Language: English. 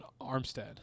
Armstead